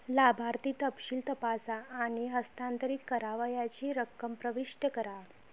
लाभार्थी तपशील तपासा आणि हस्तांतरित करावयाची रक्कम प्रविष्ट करा